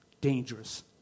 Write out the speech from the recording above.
dangerous